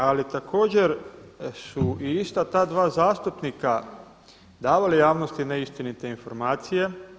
Ali također su i ista ta dva zastupnika davali javnosti neistinite informacije.